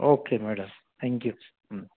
okay madam thank you